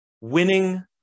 winning